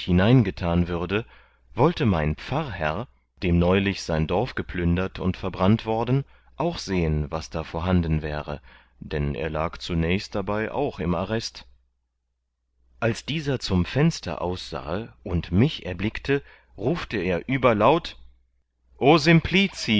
hineingetan würde wollte mein pfarrherr dem neulich sein dorf geplündert und verbrannt worden auch sehen was da vorhanden wäre dann er lag zunächst dabei auch im arrest als dieser zum fenster aussahe und mich erblickte rufte er überlaut